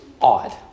odd